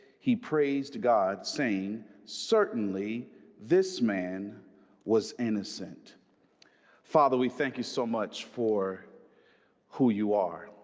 he praised god saying certainly this man was innocent father we thank you so much for who you are?